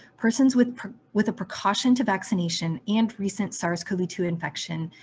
persons with with precaution to vaccination and recent sars cov two infection,